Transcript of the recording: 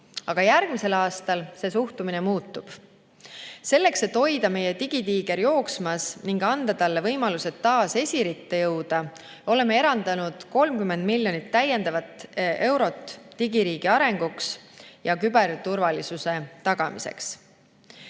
Aga järgmisel aastal see suhtumine muutub. Selleks et hoida meie digitiiger jooksmas ning anda talle võimalused taas esiritta jõuda, oleme eraldanud 30 miljonit täiendavat eurot digiriigi arenguks ja küberturvalisuse tagamiseks.